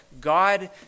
God